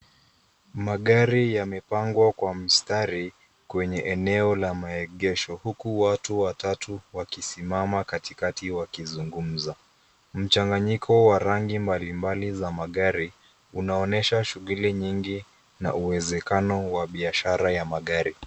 Mgari yamepangwa kwa mstari kwenye eneo la maegesho huku watu watatu wakisimama katikati wakizungumza mchanganyiko wa rangi mbalimbali za magari unaonyesha shughuli nyingi na uwezekano wa biashara ya magari.